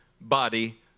body